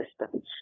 systems